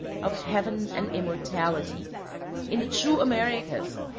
of heaven and immortality in the two americas,